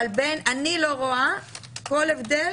אבל אני לא רואה כל הבדל